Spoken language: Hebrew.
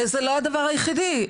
וזה לא הדבר היחידי.